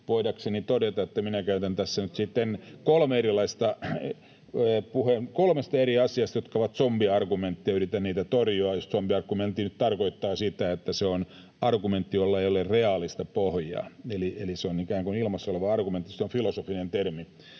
voidakseni todeta, [Toimi Kankaanniemen välihuuto] että minä puhun kolmesta eri asiasta, jotka ovat zombiargumentteja, ja yritän niitä torjua — jos zombiargumentti nyt tarkoittaa sitä, että se on argumentti, jolla ei ole reaalista pohjaa, eli se on ikään kuin ilmassa oleva argumentti. Se on filosofinen termi.